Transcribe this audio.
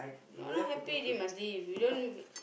no not happy already must leave you don't